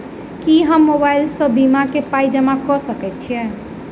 की हम मोबाइल सअ बीमा केँ पाई जमा कऽ सकैत छी?